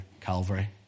Calvary